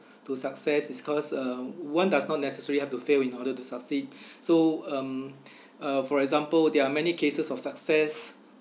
to success is cause uh one does not necessarily have to fail in order to succeed so um uh for example there are many cases of success